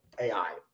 AI